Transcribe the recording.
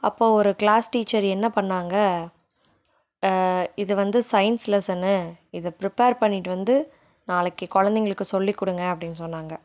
அப்போது ஒரு class teacher என்ன பண்ணாங்கள் இதை வந்து சைன்ஸ் லெசன்னு இது ப்ரிப்பேர் பண்ணிட்டு வந்து நாளைக்கு குழந்தைங்களுக்கு சொல்லி கொடுங்க அப்படின்னு சொன்னாங்கள்